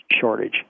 shortage